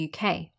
UK